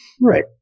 Right